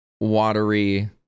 watery